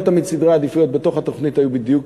לא תמיד סדרי עדיפויות בתוך התוכנית היו בדיוק